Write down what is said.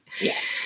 yes